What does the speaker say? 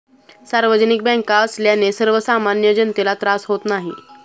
सार्वजनिक बँका असल्याने सर्वसामान्य जनतेला त्रास होत नाही